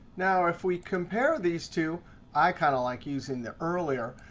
now, if we compare these two i kind of like using the earlier.